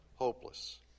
hopeless